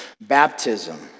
baptism